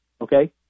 okay